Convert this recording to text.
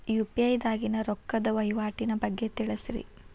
UPI ದಾಗಿನ ರೊಕ್ಕದ ವಹಿವಾಟಿನ ಬಗ್ಗೆ ತಿಳಸ್ರಿ